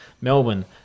Melbourne